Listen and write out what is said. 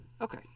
Okay